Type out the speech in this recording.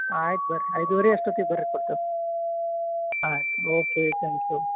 ಆಯ್ತು ಬರ್ರಿ ಐದುವರೆ ಅಷ್ಟೊತ್ತೆಗ್ ಬನ್ರಿ ಆಯ್ತು ಓಕೆ ತ್ಯಾಂಕ್ ಯು